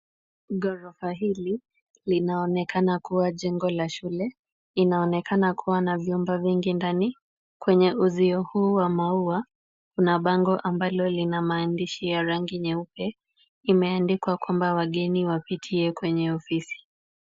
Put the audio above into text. Ghorofa hili linaonekana kuwa jengo la shule, linaonekana kuwa na vyombo vingi ndani, kwenye uzio huu wa maua kuna bango ambalo lina maandishi ya rangi nyeupe. Imeandikwa kwamba wageni wapitie kwenye ofisi.